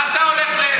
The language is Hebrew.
מה אתה הולך ללפיד?